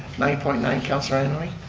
nine point nine councilor and